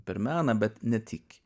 per meną bet ne tik